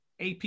AP